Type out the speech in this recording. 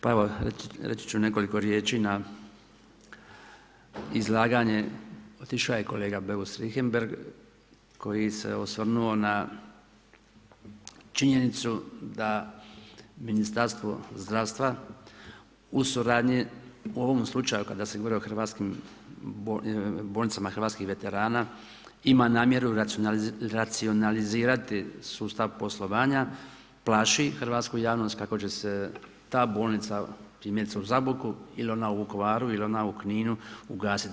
Pa evo reći ću nekoliko riječi na izlaganje, otišao je kolega Beus Richembergh koji se osvrnuo na činjenicu da Ministarstvo zdravstva u suradnji u ovom slučaju kada se govori o bolnicama hrvatskih veterana ima namjeru racionalizirati sustav poslovanja plaši hrvatsku javnost kako će se ta bolnica, primjerice u Zaboku ili ona u Vukovaru ili ona u Kninu ugasiti.